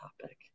topic